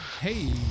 hey